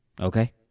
Okay